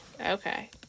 Okay